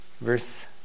Verse